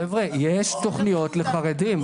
חבר'ה, יש תוכניות לחרדים.